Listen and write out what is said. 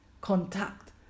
contact